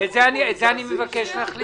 את זה אני מבקש להחליט.